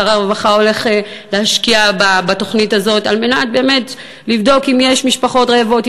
שר הרווחה הולך להשקיע בתוכנית הזאת על מנת לבדוק אם יש משפחות רעבות,